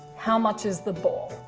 how much is the ball?